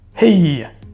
Hey